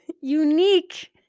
unique